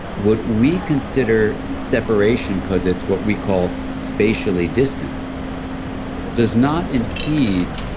what we consider separation because it's what we call spatially distant does not impede